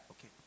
Okay